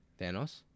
Thanos